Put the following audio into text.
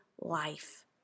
life